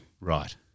right